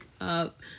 up